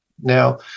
now